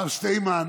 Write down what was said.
הרב שטיינמן,